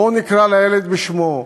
בואו נקרא לילד בשמו: